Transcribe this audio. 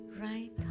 right